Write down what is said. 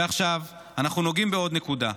ועכשיו אנחנו נוגעים בעוד נקודה,